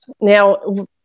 now